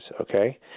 Okay